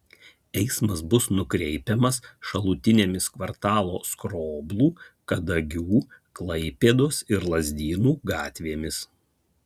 eismas bus nukreipiamas šalutinėmis kvartalo skroblų kadagių klaipėdos ir lazdynų gatvėmis